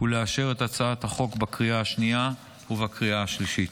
ולאשר את הצעת החוק בקריאה השנייה ובקריאה השלישית.